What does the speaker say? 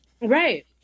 Right